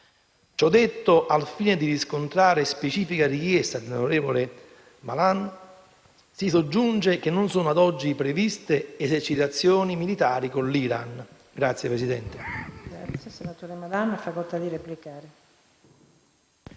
Ciò detto, al fine di riscontrare specifica richiesta del senatore Malan, si soggiunge che non sono ad oggi previste esercitazioni militari con l'Iran.